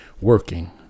working